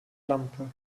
lampe